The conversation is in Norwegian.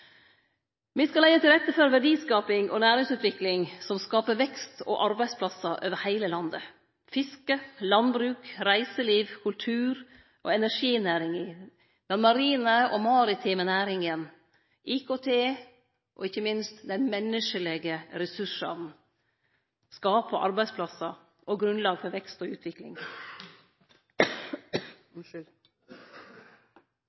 Me skal leggje til rette for verdiskaping og næringsutvikling som skaper vekst og arbeidsplassar over heile landet. Fiske, landbruk, reiseliv, kultur og energinæringa, den marine og maritime næringa, IKT og ikkje minst dei menneskelege ressursane skaper arbeidsplassar og grunnlag for vekst og utvikling.